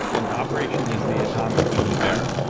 and operation is the atomic unit there.